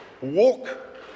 Walk